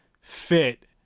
fit